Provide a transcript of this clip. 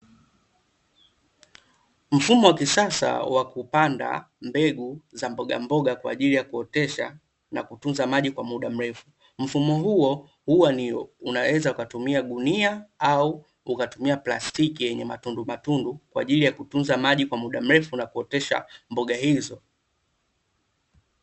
Mfumo wa kisasa wa kupanda mbegu za mbogamboga kwa ajili ya kuotesha, na kutunza maji kwa muda mrefu. Mfumo huo huwa unaweza ukatumia gunia, au ukatumia plastiki yenye matundu matundu, kwa ajili ya kutunza maji kwa muda mrefu na kutoesha mboga hizo.